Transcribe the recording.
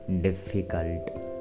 difficult